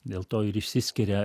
dėl to ir išsiskiria